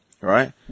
right